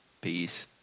Peace